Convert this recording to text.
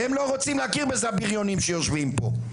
הם לא רוצים להכיר בזה הבריונים שיושבים פה,